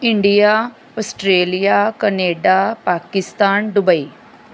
India Australia Canada Pakistan Dubai